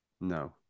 no